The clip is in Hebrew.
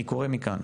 אני קורא מכאן,